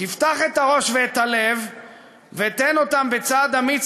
תפתח את הראש ואת הלב ותן אותם בצעד אמיץ